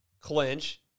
clinch